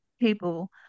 people